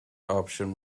option